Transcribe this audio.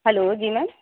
hello جی میم